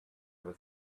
ever